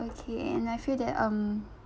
okay and I feel that um